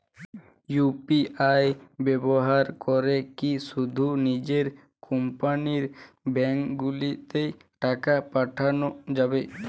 UPI ব্যবহার করে কি শুধু নিজের কোম্পানীর ব্যাংকগুলিতেই টাকা পাঠানো যাবে?